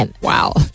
Wow